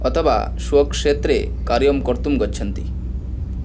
अतवा स्वक्षेत्रे कार्यं कर्तुं गच्छन्ति